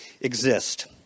exist